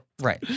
right